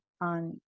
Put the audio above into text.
on